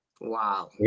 Wow